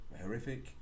horrific